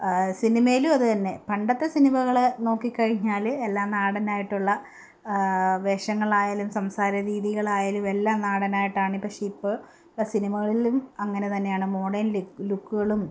സിനിമയിലും അതു തന്നെ പണ്ടത്തെ സിനിമകൾ നോക്കിക്കഴിഞ്ഞാൽ എല്ലാ നാടനായിട്ടുള്ള വേഷങ്ങളായാലും സംസാര രീതികളായാലും എല്ലാം നാടനായിട്ടാണ് പക്ഷേ ഇപ്പം സിനിമകളിലും അങ്ങനെ തന്നെയാണ് മോഡേൺ ല ലുക്കുകളും